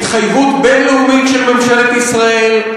התחייבות בין-לאומית של ממשלת ישראל.